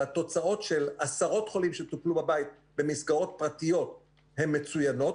והתוצאות של עשרות חולים שטופלו בבית במסגרות פרטיות הן מצוינות,